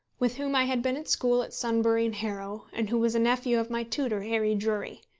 with whom i had been at school at sunbury and harrow, and who was a nephew of my tutor, harry drury.